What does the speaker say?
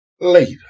later